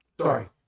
sorry